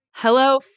Hello